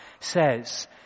says